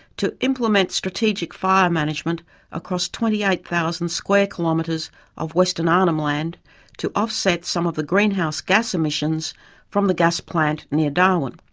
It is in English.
to implement strategic fire management across twenty eight thousand square kilometres of western arnhem land to offset some of the greenhouse gas emissions from the gas plant near darwin.